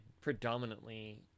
predominantly